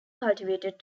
cultivated